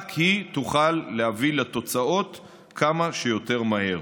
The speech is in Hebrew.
רק היא תוכל להביא לתוצאות כמה שיותר מהר.